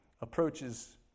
approaches